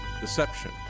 deception